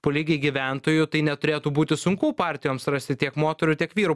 po lygiai gyventojų tai neturėtų būti sunku partijoms rasti tiek moterų tiek vyrų